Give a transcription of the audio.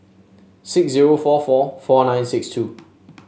six zero four four four nine six two